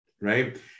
right